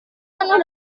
penuh